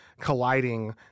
colliding